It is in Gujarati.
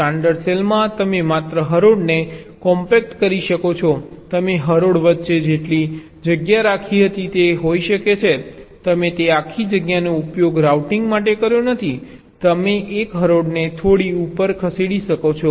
સ્ટાન્ડર્ડ સેલમાં તમે માત્ર હરોળને કોમ્પેક્ટ કરી શકો છો તમે હરોળ વચ્ચે જેટલી જગ્યા રાખી હતી તે હોઈ શકે છે તમે તે આખી જગ્યાનો ઉપયોગ રાઉટિંગ માટે કર્યો નથી તમે 1 હરોળને થોડી ઉપર ખસેડી શકો છો